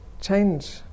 change